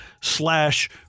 slash